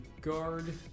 guard